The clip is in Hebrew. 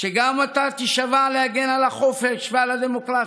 שגם אתה תישבע להגן על החופש ועל הדמוקרטיה,